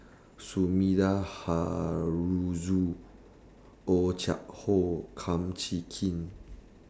Sumida Haruzo Oh Chai Hoo Kum Chee Kin